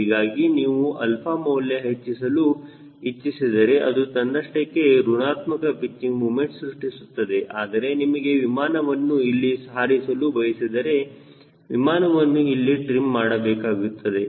ಹೀಗಾಗಿ ನೀವು ಆಲ್ಫಾ ಮೌಲ್ಯ ಹೆಚ್ಚಿಸಲು ಇಚ್ಛಿಸಿದರೆ ಅದು ತನ್ನಷ್ಟಕ್ಕೆ ಋಣಾತ್ಮಕ ಪಿಚ್ಚಿಂಗ್ ಮೊಮೆಂಟ್ ಸೃಷ್ಟಿಸುತ್ತದೆ ಆದರೆ ನಿಮಗೆ ವಿಮಾನವನ್ನು ಇಲ್ಲಿ ಹಾರಿಸಲು ಬಯಸಿದರೆ ವಿಮಾನವನ್ನು ಇಲ್ಲಿ ಟ್ರಿಮ್ ಮಾಡಬೇಕಾಗುತ್ತದೆ